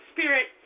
Spirit